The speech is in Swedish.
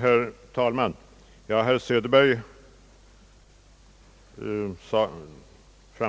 Herr talman! Herr Söderberg